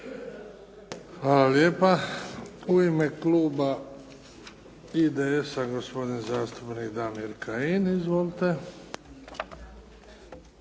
Hvala lijepa. U ime kluba IDS-a gospodin zastupnik Damir Kajin. Izvolite.